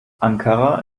ankara